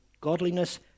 godliness